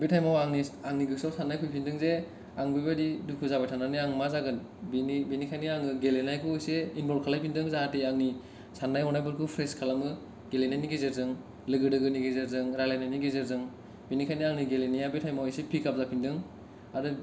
बे टाइमाव आंनि गोसोयाव सान्नाय फैफिनदों जे आं बेबादि दुखु जाबाय थानानै आं मा जागोन बेनि बेनिखायनो आङो गेलेनायखौ एसे इनभलभ खालामफिनदों जाहाथे आंनि सान्नाय हनायफोरखौ फ्रेस खालामो गेलेनायनि गेजेरजों लोगो दोगोनि गेजेरजों रायलायनायनि गेजेरजों बिनिखायनो आंनि गेलेनाया बे टाइमाव एसे पिकाप जाफिनदों आरो